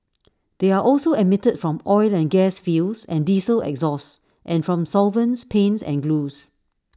they are also emitted from oil and gas fields and diesel exhaust and from solvents paints and glues